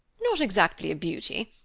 not exactly a beauty,